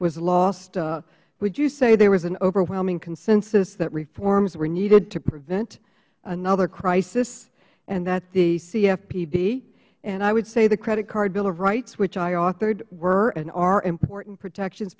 was lost would you say there was an overwhelming consensus that reforms were needed to prevent another crisis and that the cfpb and i would say the credit card bill of rights which i authored were and are important protections